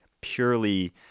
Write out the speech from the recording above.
purely